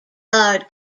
garde